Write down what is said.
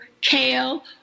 kale